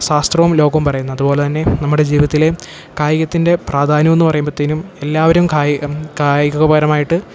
ശാസ്ത്രവും ലോകവും പറയുന്നതു പോലെ തന്നെ നമ്മുടെ ജീവിത്തിലെ കായികത്തിൻ്റെ പ്രാധാന്യമെന്നു പറയുമ്പോഴത്തേനും എല്ലാവരും കായി കായിക പരമായിട്ട്